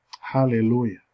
hallelujah